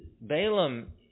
Balaam